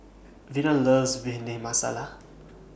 Vena loves Bhindi Masala